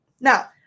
Now